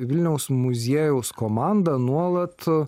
vilniaus muziejaus komanda nuolat